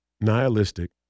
nihilistic